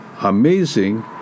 amazing